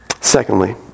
Secondly